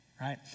right